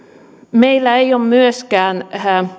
meillä ei ole myöskään